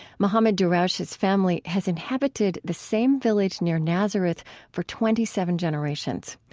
mohammad darawshe's family has inhabited the same village near nazareth for twenty seven generations.